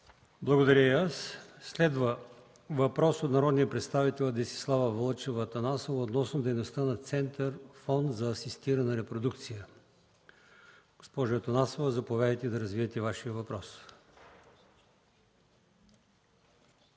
Благодаря и аз. Следва въпрос от народния представител Десислава Атанасова относно дейността на Център „Фонд за асистирана репродукция“. Госпожо Атанасова, заповядайте да развиете Вашия въпрос.